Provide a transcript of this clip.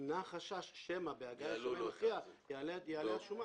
נמנע החשש שמא כשתגיע השומה המכריעה, תעלה השומה.